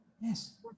Yes